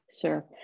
Sure